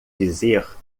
dizer